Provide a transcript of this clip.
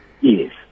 Yes